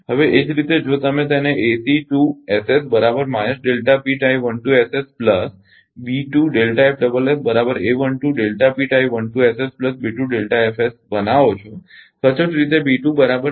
હવે એ જ રીતે જો તમે તેને બનાવો છો સચોટ રીતે ખરુ ને